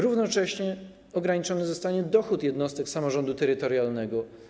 Równocześnie ograniczony zostanie dochód jednostek samorządu terytorialnego.